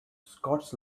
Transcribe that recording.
scots